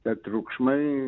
tie triukšmai